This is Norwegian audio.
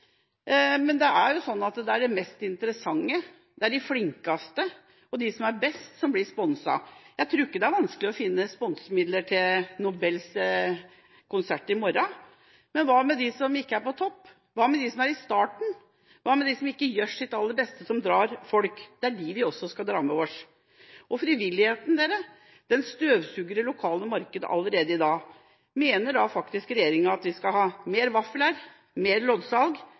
men det er jo sånn at det er de mest interessante, de flinkeste, de som er best, som blir sponset. Jeg tror ikke det er vanskelig å finne sponsormidler til Nobelkonserten i morgen, men hva med dem som ikke er på topp? Hva med dem som er i starten? Hva med dem som gjør sitt aller beste, men som ikke drar folk? Det er dem vi også skal dra med oss. Og frivilligheten – den støvsuger det lokale markedet allerede i dag. Mener regjeringa faktisk at vi skal ha mer vafler, mer loddsalg?